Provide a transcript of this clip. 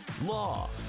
law